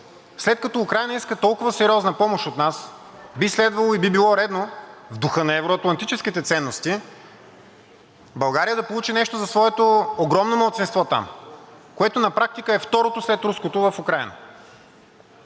след като Украйна иска толкова сериозна помощ от нас, би следвало и би било редно в духа на евро-атлантическите ценности България да получи нещо за своето огромно малцинство там, което на практика е второто след руското в Украйна.